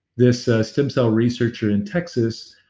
this stem cell researcher in texas